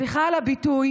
מטומטמות, סליחה על הביטוי,